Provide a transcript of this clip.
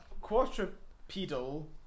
quadrupedal